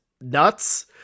nuts